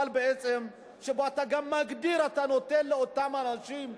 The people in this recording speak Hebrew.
שבו אתה גם מגדיר שאתה נותן לאותם אנשים,